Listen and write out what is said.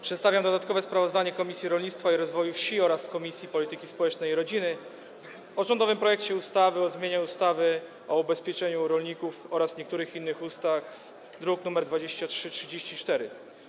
Przedstawiam dodatkowe sprawozdanie Komisji Rolnictwa i Rozwoju Wsi oraz Komisji Polityki Społecznej i Rodziny o rządowym projekcie ustawy o zmianie ustawy o ubezpieczeniu rolników oraz niektórych innych ustaw, druk nr 2334.